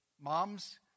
Moms